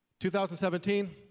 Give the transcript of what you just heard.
2017